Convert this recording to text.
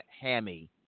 hammy